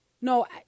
No